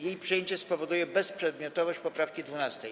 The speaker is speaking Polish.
Jej przyjęcie spowoduje bezprzedmiotowość poprawki 12.